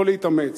לא להתאמץ,